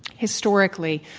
historically,